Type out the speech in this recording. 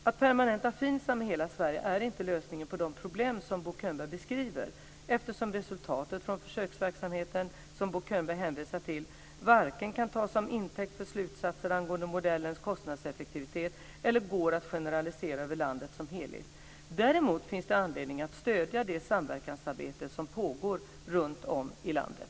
Att permanenta FINSAM i hela Sverige är inte lösningen på de problem som Bo Könberg beskriver eftersom resultaten från försöksverksamheten som Bo Könberg hänvisar till varken kan tas som intäkt för slutsatser angående modellens kostnadseffektivitet eller går att generalisera över landet som helhet. Däremot finns det anledning att stödja det samverkansarbete som pågår runtom i landet.